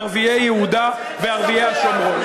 לערביי יהודה וערביי השומרון.